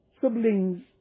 siblings